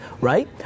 right